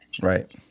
Right